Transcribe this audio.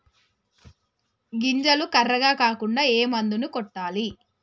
గింజలు కర్రెగ కాకుండా ఏ మందును కొట్టాలి?